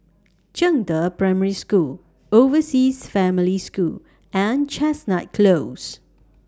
Zhangde Primary School Overseas Family School and Chestnut Close